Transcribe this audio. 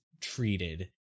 treated